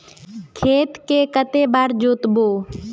खेत के कते बार जोतबे?